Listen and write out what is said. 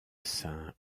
saint